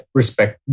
respect